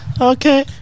okay